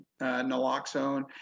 naloxone